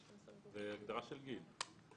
זו הגדרה של גיל.